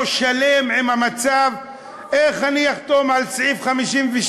הוא לא שלם עם המצב: איך אני אחתום על סעיף 52?